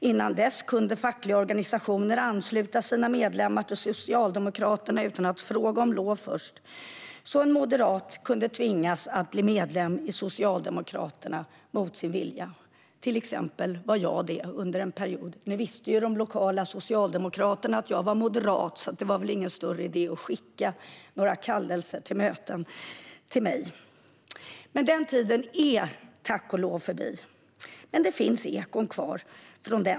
Före det kunde fackliga organisationer ansluta sina medlemmar till Socialdemokraterna utan att fråga om lov först. En moderat kunde alltså tvingas bli medlem i Socialdemokraterna. Till exempel var jag medlem under en period. Men de lokala socialdemokraterna visste att jag var moderat och att det därför inte var någon större idé att skicka mig kallelser till möten. Den tiden är tack och lov förbi. Men det finns ekon kvar.